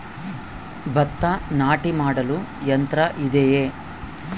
ಭತ್ತ ನಾಟಿ ಮಾಡಲು ಯಂತ್ರ ಇದೆಯೇ?